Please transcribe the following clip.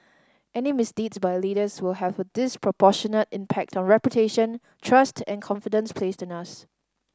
any misdeeds by leaders will have a disproportionate impact on reputation trust and confidence placed in us